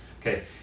Okay